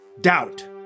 Doubt